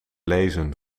lezen